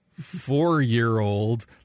four-year-old